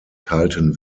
kalten